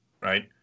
right